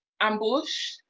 Ambush